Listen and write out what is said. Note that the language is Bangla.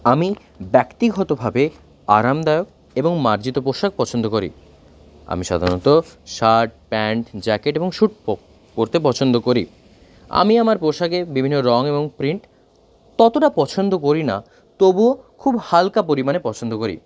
আমি ব্যক্তিগতভাবে আরামদায়ক এবং মার্জিত পোশাক পছন্দ করি আমি সাধারণত শার্ট প্যান্ট জ্যাকেট এবং স্যুট পরতে পছন্দ করি আমি আমার পোশাকের বিভিন্ন রঙ এবং প্রিন্ট ততটা পছন্দ করি না তবুও খুব হালকা পরিমাণে পছন্দ করি